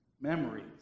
Memories